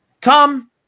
Tom